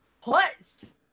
plus